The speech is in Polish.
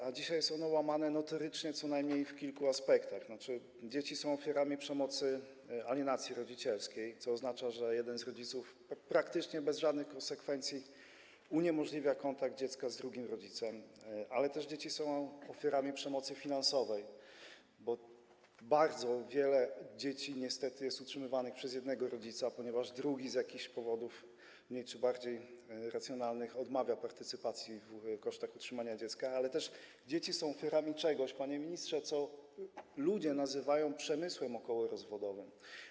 A dzisiaj ta zasada jest notorycznie łamana co najmniej w kilku aspektach, tzn. dzieci są ofiarami przemocy alienacji rodzicielskiej, co oznacza, że jeden z rodziców praktycznie bez żadnych konsekwencji uniemożliwia kontakt dziecka z drugim rodzicem, ale też dzieci są ofiarami przemocy finansowej, bo bardzo wiele dzieci niestety jest utrzymywanych przez jednego rodzica, ponieważ drugi z jakichś powodów mniej czy bardziej racjonalnych odmawia partycypacji w kosztach utrzymania dziecka, ale również dzieci są ofiarami czegoś, panie ministrze, co ludzie nazywają przemysłem okołorozwodowym.